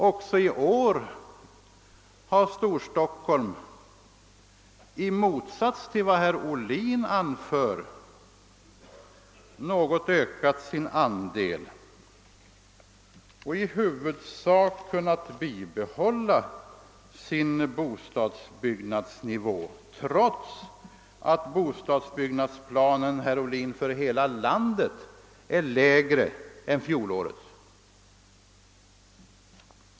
Också i år har Storstockholm i motsats till vad herr Ohlin anför något ökat sin andel och i huvudsak kunnat bibehålla sin bostadsbyggnadsnivå, trots att bostadsbyggnadsplanen för hela landet har mindre omfattning än fjolårets.